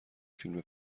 فیلم